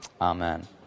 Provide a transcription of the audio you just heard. Amen